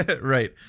Right